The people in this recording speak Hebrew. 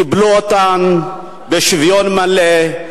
קיבלו אותם בשוויון מלא,